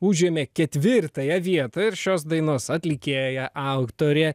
užėmė ketvirtąją vietą ir šios dainos atlikėja aktorė